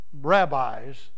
rabbis